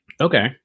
Okay